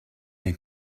bien